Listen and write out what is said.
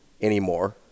anymore